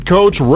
Coach